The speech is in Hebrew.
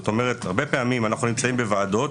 הרבה פעמים אנחנו נמצאים בוועדות.